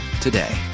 today